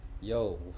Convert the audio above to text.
Yo